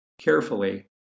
Carefully